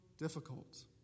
Difficult